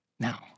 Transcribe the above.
Now